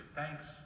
Thanks